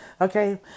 Okay